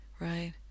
Right